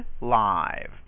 Live